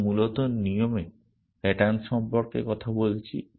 আমরা মূলত নিয়মে প্যাটার্ন সম্পর্কে কথা বলছি